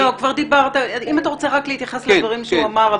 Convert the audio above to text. אם אתה רוצה להתייחס רק לדברים שהוא אמר,